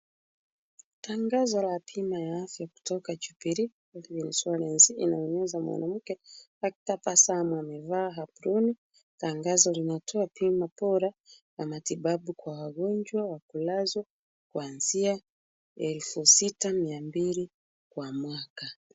Tangazo la bima ya afya kutoka Jubilee Insurance inaonyesha mwanamke akitabasamu, amevaa apron . Tangazo linatoa bima bora ya matibabu kwa wagonjwa wa kulazwa, kuanzia elfu sita mia mbili kwa mwaka.